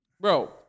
Bro